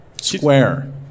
Square